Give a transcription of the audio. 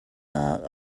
nak